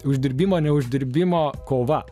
uždirbimo neuždirbimo kova